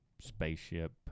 Spaceship